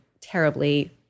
terribly